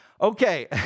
Okay